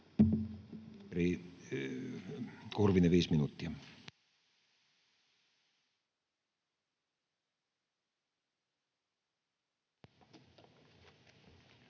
kiitos